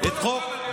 בוא תשמע משהו.